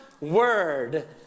word